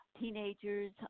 teenagers